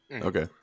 okay